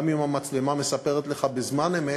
גם אם המצלמה מספרת לך בזמן אמת,